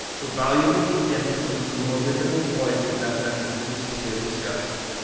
for valuable suggestions on some of the more difficult points of mathematical physics here discussed,